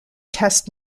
test